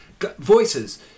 voices